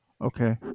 Okay